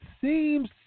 seems